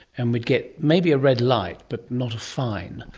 and we'd get maybe a red light but not a fine?